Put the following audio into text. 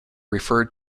referred